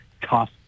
tough